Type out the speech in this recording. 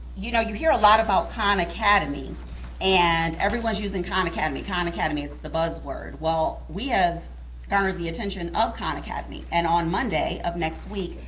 you know you hear a lot about khan academy and everyone's using khan academy, khan academy, it's the buzzword. well, we have garnered the attention of khan academy, and on monday of next week,